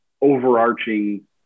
overarching